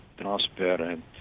transparent